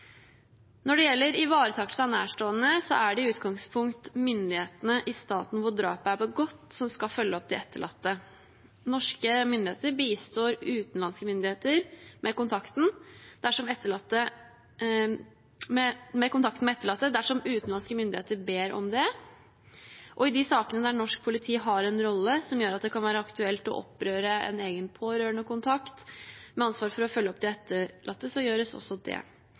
Når det gjelder ivaretakelse av nærstående, er det i utgangspunktet myndighetene i staten hvor drapet er begått, som skal følge opp de etterlatte. Norske myndigheter bistår utenlandske myndigheter med kontakten med etterlatte dersom utenlandske myndigheter ber om det. I de sakene der norsk politi har en rolle som gjør at det kan være aktuelt å opprette en egen pårørendekontakt med ansvar for å følge opp de etterlatte, gjøres også det.